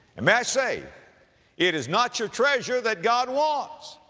and may i say it is not your treasure that god wants.